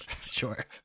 Sure